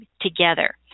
together